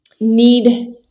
need